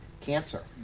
cancer